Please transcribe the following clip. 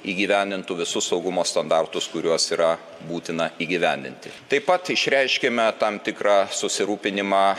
įgyvendintų visus saugumo standartus kuriuos yra būtina įgyvendinti taip pat išreiškiame tam tikrą susirūpinimą